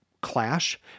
clash